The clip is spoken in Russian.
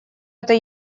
это